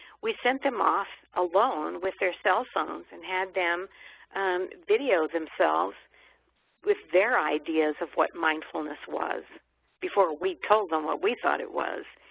we sent them off alone with their cell phones and had them video themselves with their ideas of what mindfulness was before we told them what we thought it was.